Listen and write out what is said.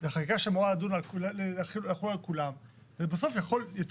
זה חקיקה שאמורה לחול על כולם ובסוף יכול יותר